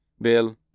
Bill